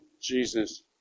Jesus